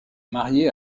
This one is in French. marié